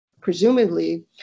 presumably